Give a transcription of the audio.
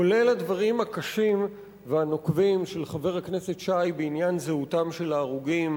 כולל הדברים הקשים והנוקבים של חבר הכנסת שי בעניין זהותם של ההרוגים.